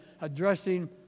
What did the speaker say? addressing